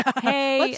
hey